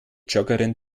joggerin